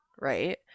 right